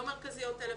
לא מרכזיות טלפון.